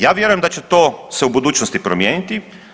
Ja vjerujem da će se to u budućnosti promijeniti.